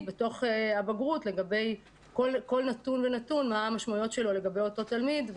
בתוך הבגרות לגבי משמעות כל נתון ונתון לגבי התלמיד.